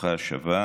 ברוכה השבה.